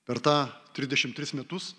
per tą trisdešimt tris metus